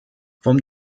vom